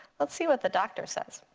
let's see what the doctor says.